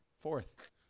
Fourth